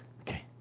Okay